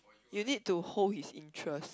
you need to hold his interest